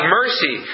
mercy